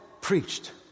preached